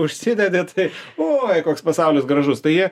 užsidedi tai oi koks pasaulis gražus tai jie